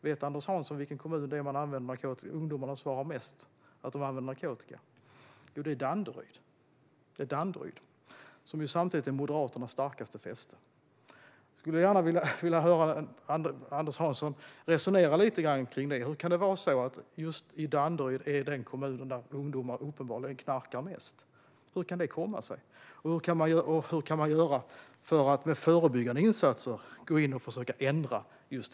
Vet Anders Hansson i vilken kommun flest ungdomar svarar att de använder narkotika? Jo, det är i Danderyd, Moderaternas starkaste fäste. Jag skulle gärna vilja höra Anders Hansson resonera lite kring det. Hur kan det vara så att just Danderyd är den kommun där ungdomar uppenbarligen knarkar mest? Hur kan det komma sig? Och hur kan man göra för att med förebyggande insatser försöka ändra detta?